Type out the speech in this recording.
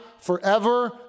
forever